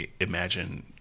imagine